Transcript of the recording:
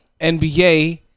NBA